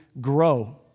grow